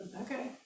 okay